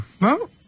No